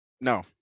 No